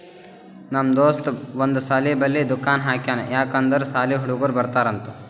ನಮ್ ದೋಸ್ತ ಒಂದ್ ಸಾಲಿ ಬಲ್ಲಿ ದುಕಾನ್ ಹಾಕ್ಯಾನ್ ಯಾಕ್ ಅಂದುರ್ ಸಾಲಿ ಹುಡುಗರು ಬರ್ತಾರ್ ಅಂತ್